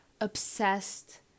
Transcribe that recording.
obsessed